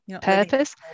purpose